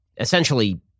essentially